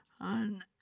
on